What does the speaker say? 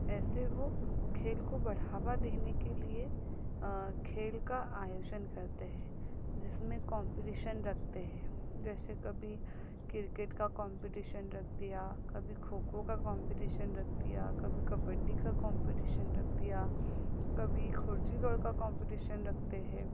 ऐसे वो खेल को बढ़ावा देने के लिए खेल का आयोजन करते हैं जिस में कोम्पिटिशन रखते हैं जैसे कभी किर्केट का कॉम्पिटिशन रख दिया कभी खो खो का कॉम्पिटिशन रख दिया कभी कबड्डी का कॉम्पिटिशन रख दिया कभी खुर्ची गो का कॉम्पिटिशन रखते हैं